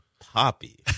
Poppy